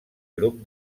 grup